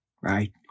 Right